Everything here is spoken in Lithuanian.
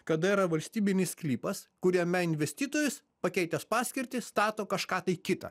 kada yra valstybinis sklypas kuriame investitorius pakeitęs paskirtį stato kažką tai kitą